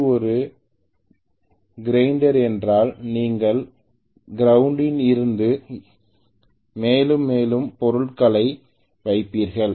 இது ஒரு கிரைண்டர் என்றால் நீங்கள் கிரவுண்டில் இருக்க மேலும் மேலும் பொருட்களை வைப்பீர்கள்